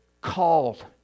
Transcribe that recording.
called